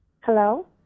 Hello